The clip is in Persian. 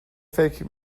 فکر